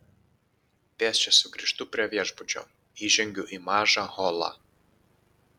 pėsčias sugrįžtu prie viešbučio įžengiu į mažą holą